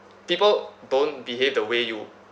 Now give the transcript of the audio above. people don't behave the way you